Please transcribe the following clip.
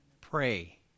pray